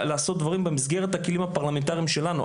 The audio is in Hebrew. לעשות דברים במסגרת הכלים הפרלמנטריים שלנו.